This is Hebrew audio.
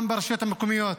גם ברשויות המקומיות,